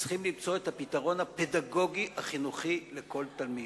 צריכים למצוא את הפתרון הפדגוגי החינוכי לכל תלמיד,